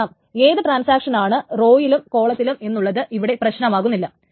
കാരണം ഏത് ട്രാൻസാക്ഷനാണ് റോയിലും കോളത്തിലും എന്നുള്ളത് ഇവിടെ പ്രശ്നമാകുന്നില്ല